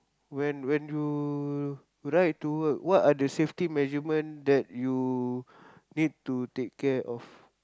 when when you ride to work what are the safety measurement that you need to take care of